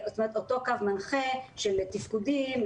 קו מנחה של תפקודים,